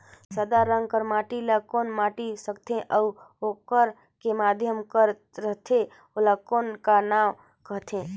सादा रंग कर माटी ला कौन माटी सकथे अउ ओकर के माधे कर रथे ओला कौन का नाव काथे?